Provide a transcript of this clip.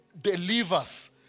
delivers